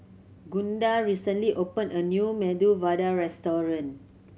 Gunda recently opened a new Medu Vada Restaurant